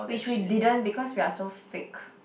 which we didn't because we are so fake